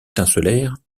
étincelèrent